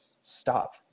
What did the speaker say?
stop